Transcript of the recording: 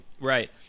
Right